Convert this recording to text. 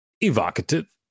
evocative